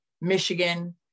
Michigan